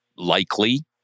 Likely